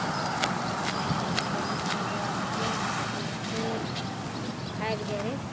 तब खेलतै खेलतै तब फेर जब फेर आ फेरो ओ भागि जाइ रहै